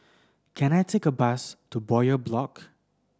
can I take a bus to Bowyer Block